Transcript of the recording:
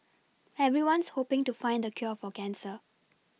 everyone's hoPing to find the cure for cancer